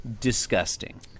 Disgusting